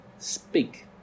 Speak